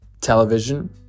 television